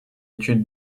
étude